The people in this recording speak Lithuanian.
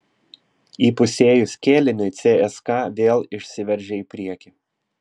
įpusėjus kėliniui cska vėl išsiveržė į priekį